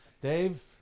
Dave